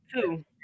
two